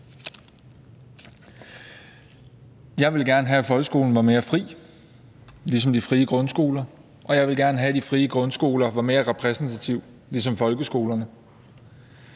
Jeg ville gerne have, at folkeskolen var mere fri, ligesom de frie grundskoler er, og jeg ville gerne have, at de frie grundskoler var mere repræsentative, ligesom folkeskolerne